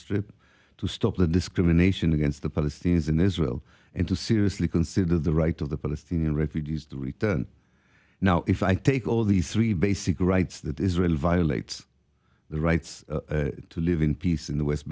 strip to stop the discrimination against the palestinians in israel and to seriously consider the right of the palestinian refugees to return now if i take all these three basic rights that israel violates the rights to live in peace in the west